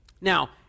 Now